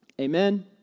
Amen